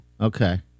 Okay